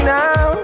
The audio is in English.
now